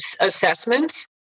assessments